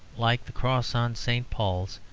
like the cross on st. paul's,